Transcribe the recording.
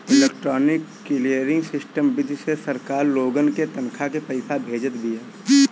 electronic clearing system विधि से सरकार लोगन के तनखा के पईसा भेजत बिया